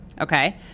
Okay